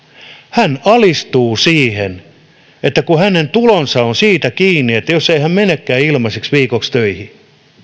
hän alistuu siihen kun hänen tulonsa ovat siitä kiinni että jos ei hän menekään ilmaiseksi viikoksi töihin